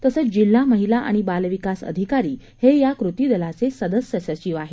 तसंच जिल्हा महिला आणि बाल विकास अधिकारी हे या टास्क फोर्सचे सदस्य सचिव आहेत